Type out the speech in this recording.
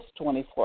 24